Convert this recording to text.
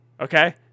okay